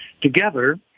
together